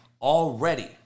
already